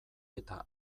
eta